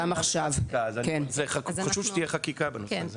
חשוב שתהיה חקיקה בנושא הזה.